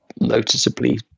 noticeably